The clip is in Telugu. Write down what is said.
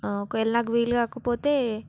ఒకవేళ నాకు వీలు కాకపోతే